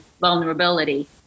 vulnerability